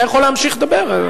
אתה יכול להמשיך לדבר.